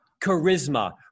charisma